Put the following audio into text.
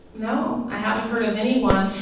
no. i haven't heard of anyone,